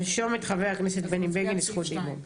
נרשום את חבר הכנסת בני בגין לזכות דיבור.